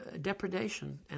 depredation